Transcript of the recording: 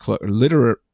literary